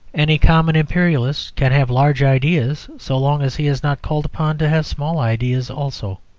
any common imperialist can have large ideas so long as he is not called upon to have small ideas also.